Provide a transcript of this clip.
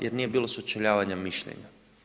Jer nije bilo sučeljavanja mišljenja.